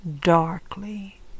Darkly